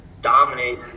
dominate